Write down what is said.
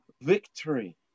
victory